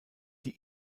die